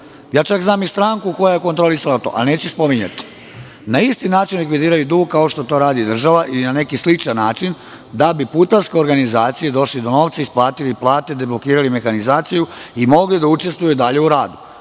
Čak znam i stranku koja je to kontrolisala, ali to neću spominjati. Na isti način likvidiraju dug kao što to radi država ili na neki sličan način da bi putarske organizacije došle do novca, isplatili plate, deblokirali mehanizaciju i mogli da učestvuju dalje u radu.